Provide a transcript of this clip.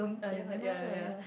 uh never mind one lah ya